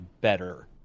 better